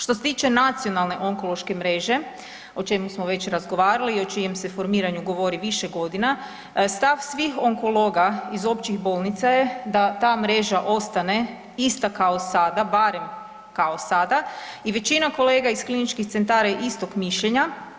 Što se tiče nacionalne onkološke mreže o čemu smo već razgovarali i o čijem se formiranju govori više godina, stav svih onkologa iz općih bolnica je da ta mreža ostane ista kao sada, barem kao sada i većina kolega iz kliničkih centara je istog mišljenja.